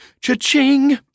Cha-ching